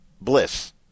bliss